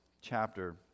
chapter